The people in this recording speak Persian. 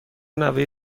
نوه